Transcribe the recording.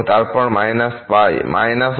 এবং তারপর −−π